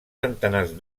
centenars